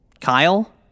Kyle